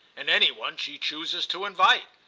and any one she chooses to invite.